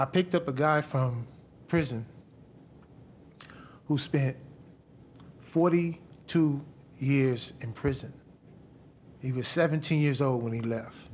i picked up a guy from prison who spent forty two years in prison he was seventeen years old when he le